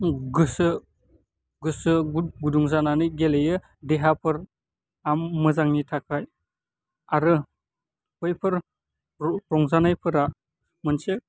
गोसो गोसो गुदुं जानानै गेलेयो देहाफोरा मोजांनि थाखाय आरो बैफोर रंजानायफोरा मोनसे